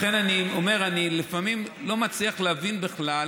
אומר, לפעמים אני לא מצליח להבין בכלל